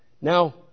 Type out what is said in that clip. Now